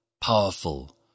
powerful